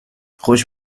خوش